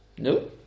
No